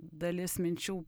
dalis minčių